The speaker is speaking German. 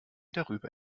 darüber